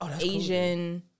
Asian